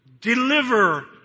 Deliver